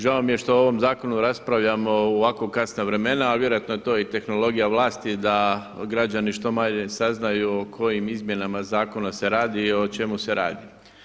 Žao mi je što o ovom zakonu raspravljamo u ovako kasna vremena a vjerojatno je to i tehnologija vlasti da građani što manje saznaju o kojim izmjenama zakona se radi, o čemu se radi.